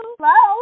Hello